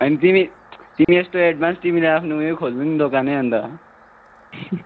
होइन तिमी तिमी यस्तो एडभान्स तिमीले आफ्नो उयो खोल्नु नि दोकान अन्त